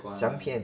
香片